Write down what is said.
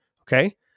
Okay